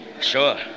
Sure